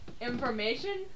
information